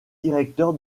directeur